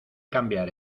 cambiar